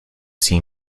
see